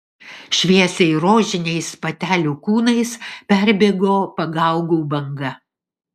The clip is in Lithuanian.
šviesiai rožiniais patelių kūnais perbėgo pagaugų banga